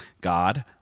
God